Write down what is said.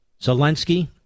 Zelensky